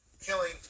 killing